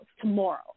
tomorrow